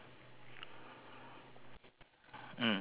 white polo T green pants